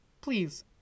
Please